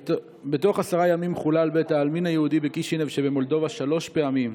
בתוך עשרה ימים חולל בית העלמין היהודי בקישינב שבמולדובה שלוש פעמים.